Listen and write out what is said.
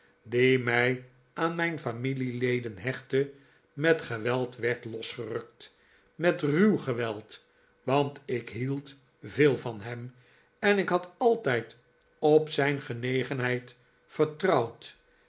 die mij aan mijn familieledeh hechtte met geweld werd losgerukt met ruw geweld want ik hield veel van hem en ik had altijd op zijn genegenheid vertrouwd